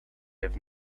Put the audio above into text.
have